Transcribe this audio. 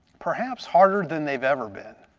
perhaps harder than they've ever been.